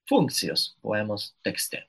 funkcijos poemos tekste